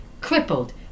crippled